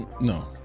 No